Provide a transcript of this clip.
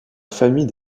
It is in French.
famille